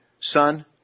son